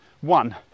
one